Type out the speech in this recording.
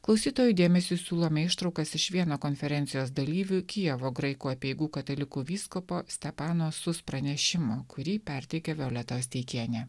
klausytojų dėmesiui siūlome ištraukas iš vieno konferencijos dalyvių kijevo graikų apeigų katalikų vyskupo stepano sus pranešimo kurį perteikė violeta osteikienė